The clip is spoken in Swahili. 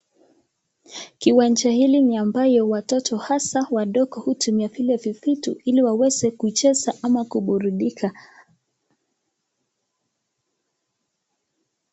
Kiwanja hili ni ambayo watoto haswa wadogo hutumia vile vitu hili waweze kucheza ama kuburudika.